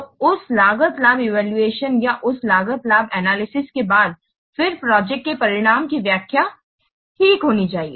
तो उस लागत लाभ इवैल्यूएशन या उस लागत लाभ एनालिसिस के बाद फिर प्रोजेक्ट के परिणाम की व्याख्या ठीक होनी चाहिए